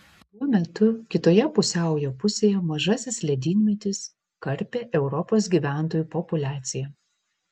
tuo metu kitoje pusiaujo pusėje mažasis ledynmetis karpė europos gyventojų populiaciją